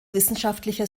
wissenschaftlicher